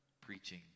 preaching